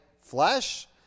flesh